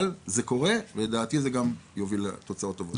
אבל זה קורה, ולדעתי זה גם יוביל לתוצאות טובות.